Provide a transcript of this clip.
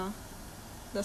from here